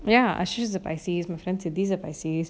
ya ashey is a pisces my friends are this is a pisces